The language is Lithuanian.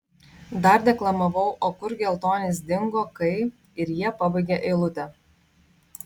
dar deklamavau o kur geltonis dingo kai ir jie pabaigė eilutę